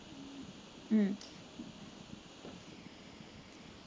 um